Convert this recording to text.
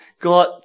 God